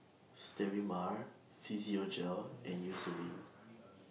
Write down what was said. Sterimar Physiogel and Eucerin